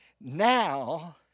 now